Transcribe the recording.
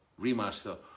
remaster